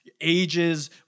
ages